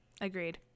Agreed